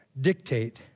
dictate